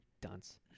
Dunce